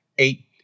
eight